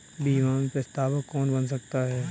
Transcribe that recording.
बीमा में प्रस्तावक कौन बन सकता है?